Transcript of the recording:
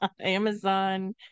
Amazon